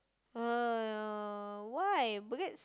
!aiyo! why because